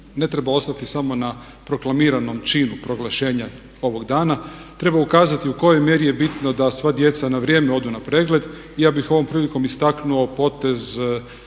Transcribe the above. ne treba ostati samo na proklamiranom činu proglašenja ovog dana. Treba ukazati u kojoj mjeri je bitno da sva djeca na vrijeme odu na pregled. Ja bih ovom prilikom istaknuo potez